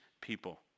people